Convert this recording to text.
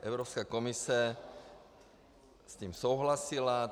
Evropská komise s tím souhlasila.